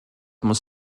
muss